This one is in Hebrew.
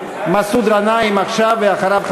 מסעוד גנאים עכשיו.